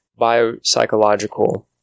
biopsychological